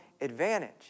advantage